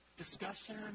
Discussion